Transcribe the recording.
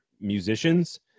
musicians